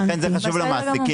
ולכן זה חשוב למעסיקים.